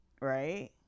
right